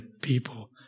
people